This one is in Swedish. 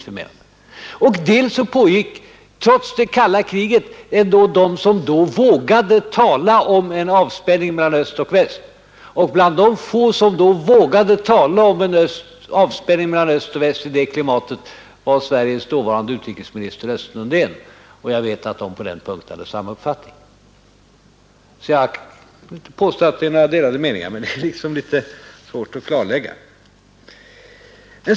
För det andra gjordes, trots det kalla kriget, försök till en avspänning mellan öst och väst. Bland dem som i det klimatet vågade tala om en avspänning mellan öst och väst var Sveriges dåvarande utrikesminister Östen Undén, och jag vet att han och Dag Hammarskjöld på den punkten hade samma uppfattning. Jag kan alltså inte påstå att det finns någon skillnad mellan Dag Hammarskjölds och min uppfattning, men det är litet svårt att klarlägga det.